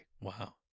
Wow